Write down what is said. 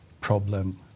problem